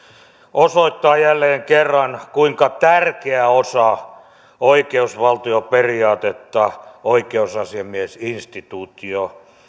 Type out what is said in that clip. osoittaa jälleen kerran kuinka tärkeä osa oikeusvaltioperiaatetta oikeusasiamiesinstituutio